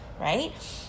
right